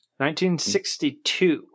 1962